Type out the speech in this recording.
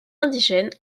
indigène